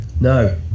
No